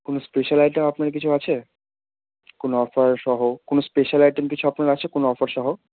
কোনো special item আপনার কিছু আছে কোনো অফার সহ কোনো স্পেশাল আইটেম কিছু আপনার আছে কোনো অফার সহ